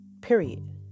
period